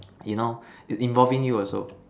you know it's involving you also